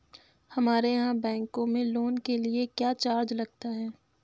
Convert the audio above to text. हमारे यहाँ बैंकों में लोन के लिए क्या चार्ज लगता है?